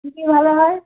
ভালো হয়